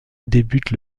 débute